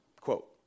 quote